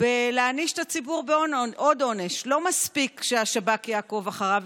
בלהעניש את הציבור בעוד עונש: לא מספיק שהשב"כ יעקוב אחריהם,